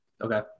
Okay